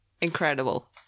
Incredible